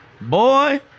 Boy